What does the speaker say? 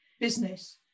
business